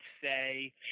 say